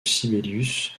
sibelius